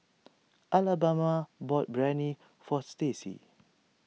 Alabama bought Biryani for Stacie